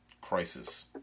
crisis